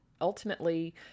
ultimately